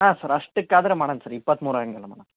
ಹಾಂ ಸರ್ ಅಷ್ಟಕ್ಕೆ ಆದರೆ ಮಾಡೋಣ ಸರ್ ಇಪ್ಪತ್ಮೂರು ಹಂಗೆಲ್ಲ ಮಾಡಣ